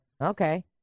Okay